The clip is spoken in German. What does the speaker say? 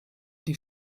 die